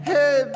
Hey